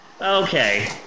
Okay